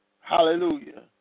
Hallelujah